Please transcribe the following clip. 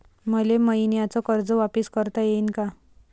मले मईन्याचं कर्ज वापिस करता येईन का?